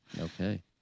Okay